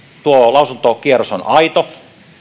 tuo lausuntokierros on aito